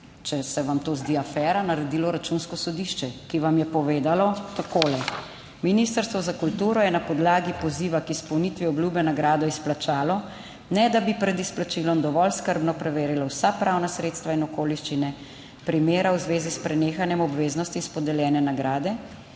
če se vam to zdi afera, naredilo Računsko sodišče, ki vam je povedalo takole: Ministrstvo za kulturo je na podlagi poziva k izpolnitvi obljube nagrado izplačalo, ne da bi pred izplačilom dovolj skrbno preverilo vsa pravna sredstva in okoliščine primera v zvezi s prenehanjem obveznosti iz podeljene nagrade